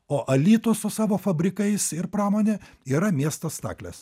o alytų su savo fabrikais ir pramone yra miestas staklės